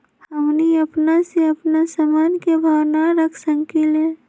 हमनी अपना से अपना सामन के भाव न रख सकींले?